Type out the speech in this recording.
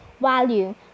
value